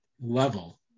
level